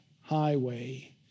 highway